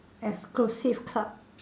exclusive club